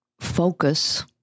focus